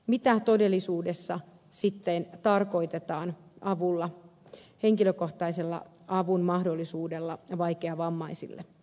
mitä todellisuudessa sitten tarkoitetaan avulla henkilökohtaisella avun mahdollisuudella vaikeavammaisille